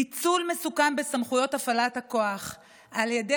פיצול מסוכן בסמכויות הפעלת הכוח על ידי